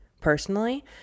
personally